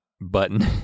button